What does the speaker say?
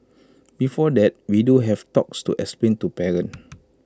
before that we do have talks to explain to parents